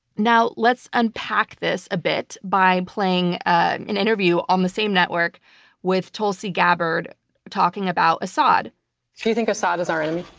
now, let's unpack this a bit by playing an interview on the same network with tulsi gabbard talking about assad. speaker do you think assad is our enemy?